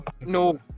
No